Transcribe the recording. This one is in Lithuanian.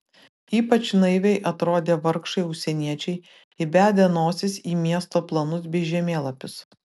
ypač naiviai atrodė vargšai užsieniečiai įbedę nosis į miesto planus bei žemėlapius